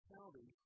County